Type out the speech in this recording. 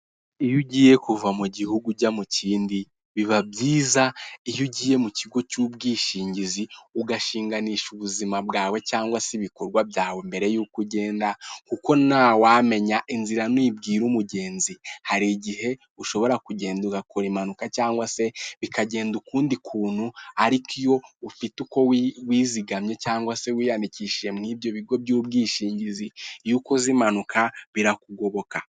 Iyo ugiye kuva mu gihugu ujya mu kindi, biba byiza iyo ugiye mu kigo cy'ubwishingizi ugashinganisha ubuzima bwawe cyangwa se ibikorwa byawe mbere yuko ugenda, kuko ntawamenya inzira ntibwira umugenzi. Hari igihe ushobora kugenda ugakora impanuka cyangwa se bikagenda ukundi kuntu, ariko iyo ufite uko wizigamye cyangwa se wiyandikishije muri ibyo bigo by'ubwishingizi, iyo ukoze impanuka birakugoboka.